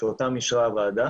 שאותן אישרה הוועדה